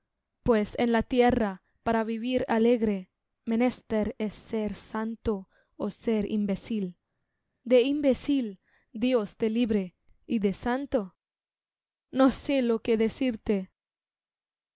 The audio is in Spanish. pues en la tierra para vivir alegre menester es ser santo ó ser imbécil de imbécil dios te libre y de santo o séo qué decirte